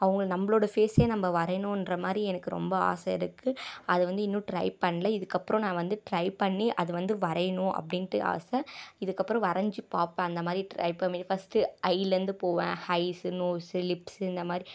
அவங்க நம்மளோடய ஃபேஸே நம்ம வரையணுன்ற மாதிரி எனக்கு ரொம்ப ஆசை இருக்குது அதை வந்து இன்னும் ட்ரை பண்ணல இதுக்கப்புறம் நான் வந்து ட்ரை பண்ணி அதை வந்து வரையணும் அப்படின்ட்டு ஆசை இதுக்கப்புறம் வரைஞ்சு பார்ப்பேன் அந்த மாதிரி ஃபர்ஸ்டு ஐலந்து போவேன் ஐஸு நோஸு லிப்ஸு இந்தமாதிரி